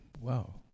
wow